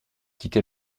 quitté